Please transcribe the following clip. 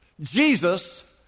Jesus